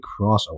crossover